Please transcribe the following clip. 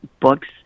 books